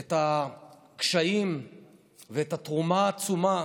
את הקשיים ואת התרומה העצומה